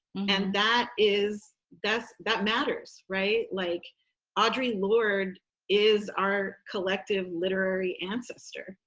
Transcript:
and that is that that matters. right? like audre lorde is our collective literary ancestor.